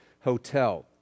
hotel